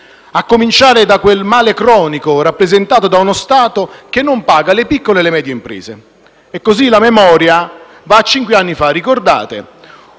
a cominciare da quel male cronico rappresentato da uno Stato che non paga le piccole e medie imprese. E così la memoria va a cinque anni fa. Ricordate?